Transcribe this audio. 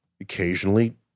occasionally